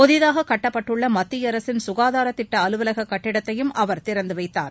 புதிதாக கட்டப்பட்டுள்ள மத்திய அரசின் சுகாதார திட்ட அலுவலக கட்டிடத்தையும் அவர் திறந்து வைத்தார்